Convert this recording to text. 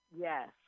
Yes